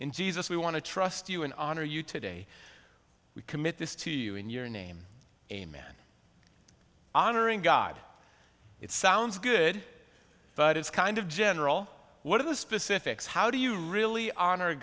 in jesus we want to trust you and honor you today we commit this to you in your name amen honoring god it sounds good but it's kind of general what are the specifics how do you really honor